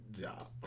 job